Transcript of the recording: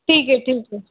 ठीक है ठीक है